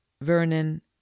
Vernon